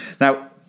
now